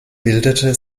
bildete